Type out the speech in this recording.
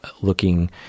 looking